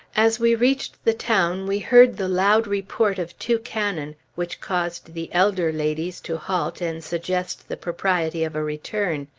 as we reached the town we heard the loud report of two cannon which caused the elder ladies to halt and suggest the propriety of a return.